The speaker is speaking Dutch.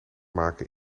maken